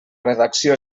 redacció